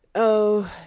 oh,